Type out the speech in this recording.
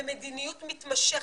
במדיניות מתמשכת,